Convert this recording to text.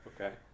Okay